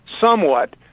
somewhat